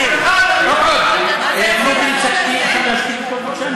שקט.) את מוכנה להשתיק אותו בבקשה?